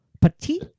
Petit